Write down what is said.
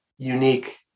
unique